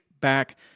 back